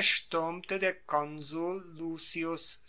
erstuermte der konsul lucius